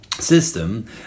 system